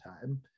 time